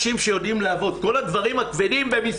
מי שמתכלל בפועל את הצוות זה הרשות לזכויות ניצולי